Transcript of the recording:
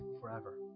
forever